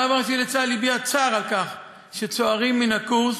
הרב הראשי לצה"ל הביע צער על כך שצוערים מן הקורס,